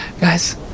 Guys